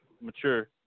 mature